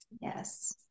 Yes